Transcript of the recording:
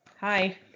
Hi